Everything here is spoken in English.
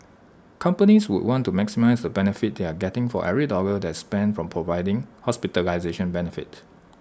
companies would want to maximise the benefit they are getting for every dollar that spent from providing hospitalisation benefit